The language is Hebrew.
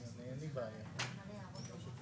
אם יש צורך,